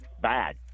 bad